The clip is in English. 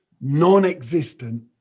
non-existent